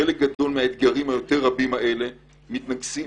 חלק גדול מהאתגרים הרבים האלה מתנקזים